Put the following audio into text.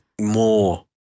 more